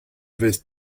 vez